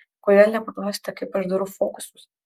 kodėl nepaklausėte kaip aš darau fokusus